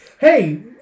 Hey